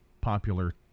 popular